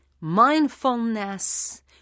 mindfulness